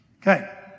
Okay